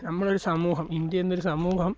നമ്മളൊരു സമൂഹം ഇന്ത്യ എന്നൊരു സമൂഹം